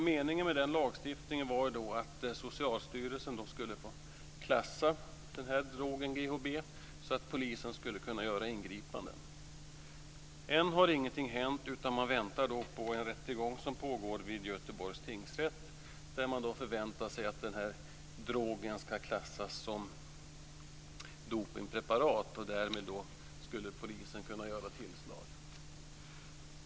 Meningen med lagstiftningen var att Socialstyrelsen skulle få klassa drogen GHB för att polisen skulle kunna göra ingripanden. Än har ingenting hänt, utan man väntar på en rättegång som pågår vid Göteborgs tingsrätt där man förväntar sig att GHB ska klassas som dopningspreparat. Därmed skulle polisen kunna göra tillslag.